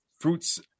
fruits